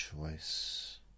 choice